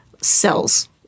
cells